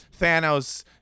Thanos